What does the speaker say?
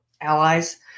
allies